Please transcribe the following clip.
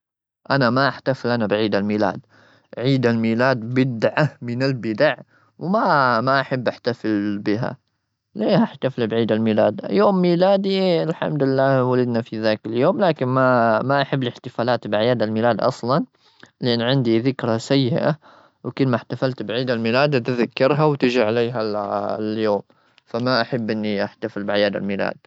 أنا ما أحتفل أنا بعيد الميلاد. عيد الميلاد بدعة من البدع ،وما-ما أحب أحتفل بها. ليه أحتفل بعيد الميلاد؟ يوم ميلادي، الحمد لله، ولدنا في ذاك اليوم. لكن ما-ما أحب الاحتفالات، بأعياد الميلاد أصلا؛ لأن عندي ذكرى سيئة، وكل ما احتفلت بعيد الميلاد، أتذكرها وتجي عليها اليوم. فما أحب أني أحتفل بأعياد الميلاد.